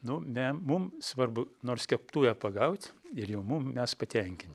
nu ne mum svarbu nors keptuvę pagaut ir jau mum mes patenkin